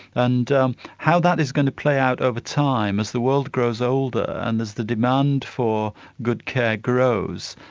and um how that is going to play out over time, as the world grows older and as the demand for good care grows,